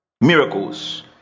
miracles